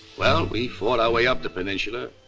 well, we fought our way up the peninsula,